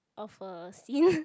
of a scene